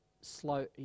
slow